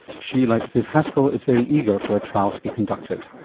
she, like ziv haskal, is very eager for a trial to be conducted.